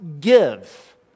give